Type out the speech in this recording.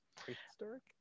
Prehistoric